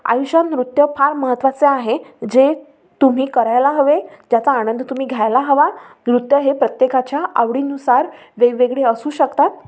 आयुष्यात नृत्य फार महत्त्वाचे आहे जे तुम्ही करायला हवे त्याचा आनंद तुम्ही घ्यायला हवा नृत्य हे प्रत्येकाच्या आवडीनुसार वेगवेगळी असू शकतात